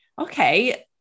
okay